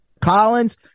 Collins